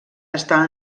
està